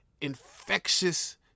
infectious